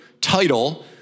title